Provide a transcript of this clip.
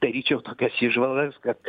daryčiau tokias įžvalgas kad